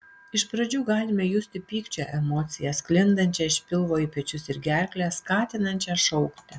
iš pradžių galime justi pykčio emociją sklindančią iš pilvo į pečius ir gerklę skatinančią šaukti